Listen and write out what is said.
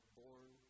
born